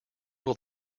will